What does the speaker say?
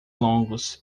longos